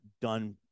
done